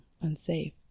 unsafe